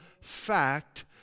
fact